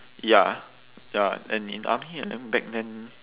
ya ya and in army and then back then